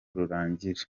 rurangira